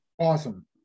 Awesome